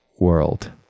world